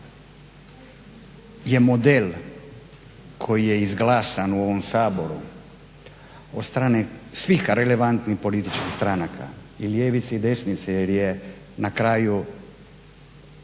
je model koji je izglasan u ovom Saboru od strane svih relevantnih političkih stranaka, i ljevice i desnice, jer je na kraju,